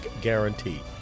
guarantee